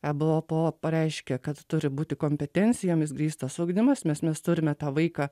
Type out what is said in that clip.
ebo po pareiškia kad turi būti kompetencijomis grįstas ugdymas nes mes turime tą vaiką